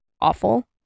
awful